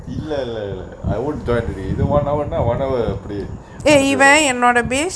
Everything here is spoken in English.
இல்ல இல்லல்ல:illa illalla I would join already இது:ithu wanna wanna whenever அப்புடி:appudi ande~